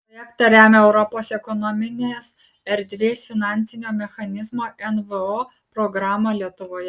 projektą remia europos ekonominės erdvės finansinio mechanizmo nvo programa lietuvoje